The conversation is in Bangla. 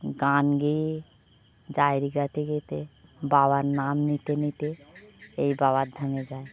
গান গেয়ে বাবার নাম নিতে নিতে এই বাবার ধামে যায়